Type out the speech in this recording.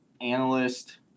analyst